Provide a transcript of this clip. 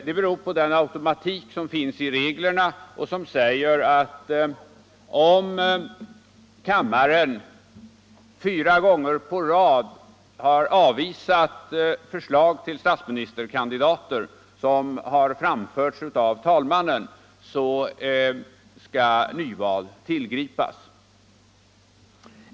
Det beror på den automatik som finns i reglerna och som säger, att om kammaren fyra gånger i rad har avvisat förslag till statsminister som har framförts av talmannen skall nyval tillgripas.